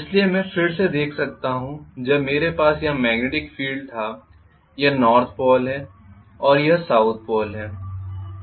इसलिए मैं इसे फिर से देख सकता हूं जब मेरे पास यहाँ मॅग्नेटिक फील्ड था यह नॉर्थ पोल है और यह साउथ पोल है